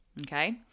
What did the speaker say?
okay